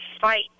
fight